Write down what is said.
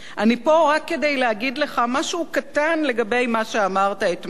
אני פה רק כדי להגיד לך משהו קטן לגבי מה שאמרת אתמול,